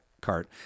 cart